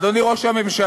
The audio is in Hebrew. אדוני ראש הממשלה,